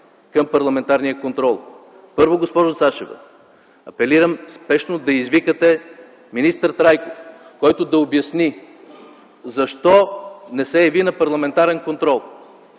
към парламентарния контрол. Първо, госпожо Цачева, апелирам спешно да извикате министър Трайков, който да обясни защо не се яви на парламентарен контрол.